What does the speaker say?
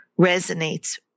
resonates